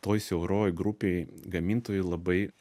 toj siauroj grupėj gamintojai labai